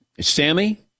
Sammy